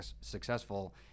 successful